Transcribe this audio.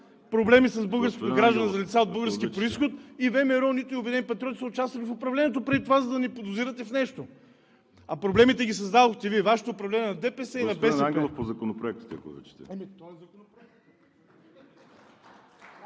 българското гражданство за лица от български произход и ВМРО, нито „Обединени патриоти“ са участвали в управлението преди това, за да ни подозирате в нещо. Проблемите ги създадохте Вие, Вашето управление – на ДПС и на БСП.